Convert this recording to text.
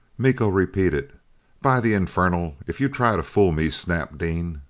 miko repeated by the infernal, if you try to fool me, snap dean!